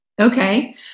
Okay